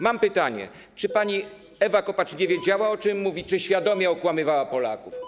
Mam pytanie: Czy pani Ewa Kopacz nie wiedziała, o czym mówi czy świadomie okłamywała Polaków?